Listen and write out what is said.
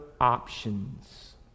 options